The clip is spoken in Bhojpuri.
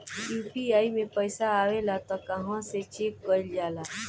यू.पी.आई मे पइसा आबेला त कहवा से चेक कईल जाला?